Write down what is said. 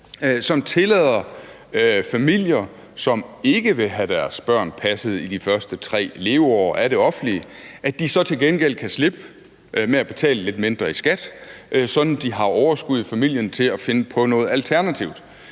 som tillader familier, som ikke vil have deres børn passet i de første 3 leveår af det offentlige, at slippe med at betale lidt mindre i skat, sådan at de har overskud i familien til at finde på noget alternativt.